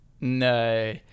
No